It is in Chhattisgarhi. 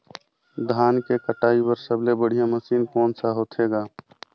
धान के कटाई बर सबले बढ़िया मशीन कोन सा होथे ग?